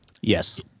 Yes